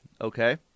Okay